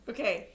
Okay